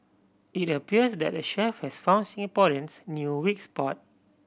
it appears that the chef has found Singaporeans' new weak spot